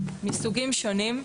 מסוגים שונים.